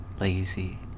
lazy